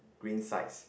green sides